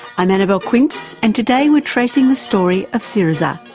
i'm annabelle quince and today we're tracing the story of syriza,